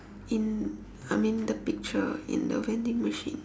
in I mean the picture in the vending machine